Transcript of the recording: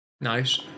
Nice